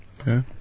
Okay